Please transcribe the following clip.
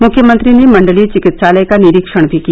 मुख्यमंत्री ने मण्डलीय चिकित्सालय का निरीक्षण भी किया